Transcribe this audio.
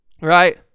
Right